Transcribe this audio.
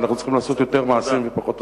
ואנחנו צריכים לעשות יותר מעשים ופחות הסברה.